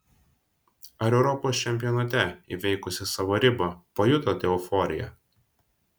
ar europos čempionate įveikusi savo ribą pajutote euforiją